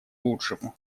лучшему